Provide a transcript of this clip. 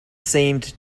seemed